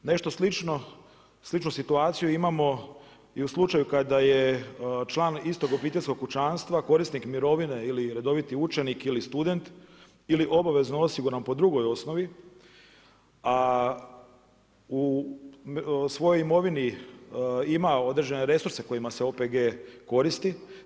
Nešto sličnu situaciju imamo i u slučaju kada je član istog obiteljskog kućanstva korisnik mirovine ili redoviti učenik ili student ili obavezno osiguran po drugoj osnovi, a u svojoj imovini ima određene resurse kojima se OPG koristi.